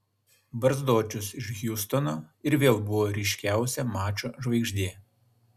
barzdočius iš hjustono ir vėl buvo ryškiausia mačo žvaigždė